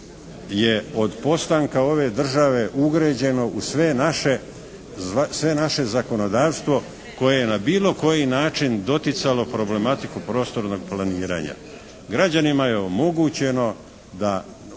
je od postanka ove države ugređeno u sve naše zakonodavstvo koje je na bilo koji način doticalo problematiku prostornog planiranja. Građanima je omogućeno da